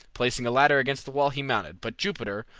placing a ladder against the wall he mounted, but jupiter,